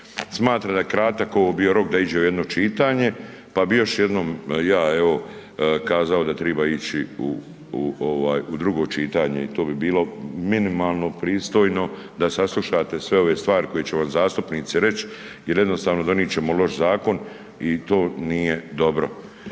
Smatram da je kratak ovo bio rok da iđe u jedno čitanje pa bi još jednom ja evo kazao da treba ići u ovaj u drugo čitanje. I to bi bilo minimalno pristojno da saslušate sve ove stvari koje će vam zastupnici reć jer jednostavno donit ćemo loš zakon i to nije dobro.